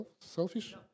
Selfish